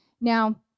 Now